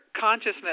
consciousness